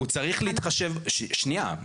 שנייה.